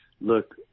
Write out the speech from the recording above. look